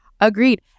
Agreed